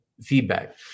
feedback